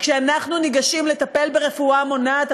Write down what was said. כשאנחנו ניגשים לטפל ברפואה מונעת,